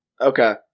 Okay